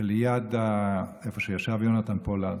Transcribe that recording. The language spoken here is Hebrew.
ליד איפה שישב יונתן פולארד,